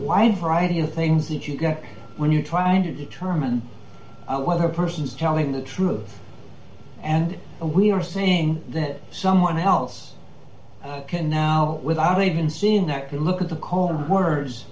wide variety of things that you get when you're trying to determine whether a person is telling the truth and we are saying that someone else can now without even seeing that they look at the call the words